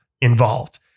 Involved